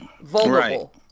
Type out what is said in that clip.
vulnerable